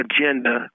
agenda